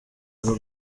uru